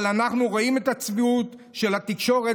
אבל אנחנו רואים את הצביעות של התקשורת